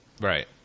right